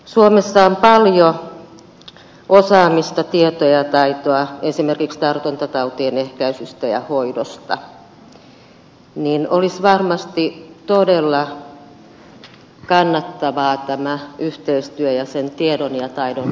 suomessa on paljon osaamista tietoa ja taitoa esimerkiksi tartuntatautien ehkäisystä ja hoidosta niin että olisi varmasti todella kannattavaa tämä yhteistyö ja sen tiedon ja taidon lisääminen